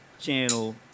channel